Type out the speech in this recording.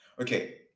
Okay